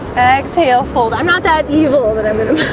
exhale fold i'm not that evil that i'm gonna